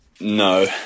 No